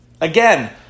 Again